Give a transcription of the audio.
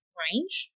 range